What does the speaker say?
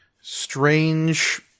strange